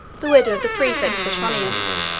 the widow of the praefect petronius.